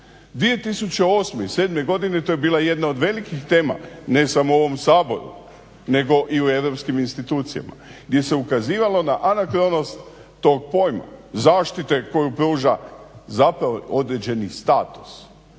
2008. i 2007. godine to je bila jedna od velikih tema ne samo u ovom Saboru nego i u europskim institucijama jer se ukazivalo na anakronost tog pojma. Zaštite koju pruža zapravo određeni status.